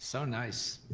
so nice.